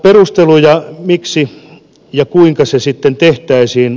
perusteluja miksi ja kuinka se sitten tehtäisiin